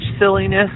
silliness